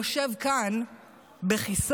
יושב כאן בכיסאו,